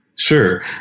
Sure